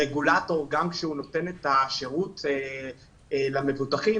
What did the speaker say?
גם כשהרגולטור נותן את השירות למבוטחים,